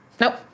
Nope